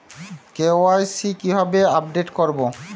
KYC কিভাবে update করব?